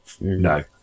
no